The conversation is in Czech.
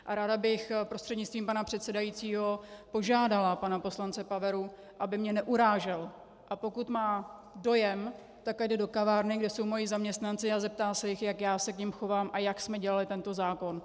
A ráda bych prostřednictvím pana předsedajícího požádala pana poslance Paveru, aby mě neurážel, a pokud má dojem, tak ať jde do kavárny, kde jsou moji zaměstnanci, a zeptá se jich, jak já se k nim chovám a jak jsme dělali tento zákon.